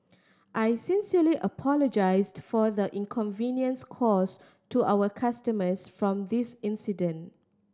I sincerely apologise for the inconvenience caused to our customers from this incident